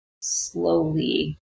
slowly